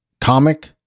comic